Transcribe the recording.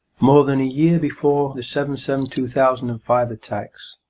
more than a year before the seven seven two thousand and five attacks,